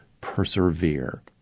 persevere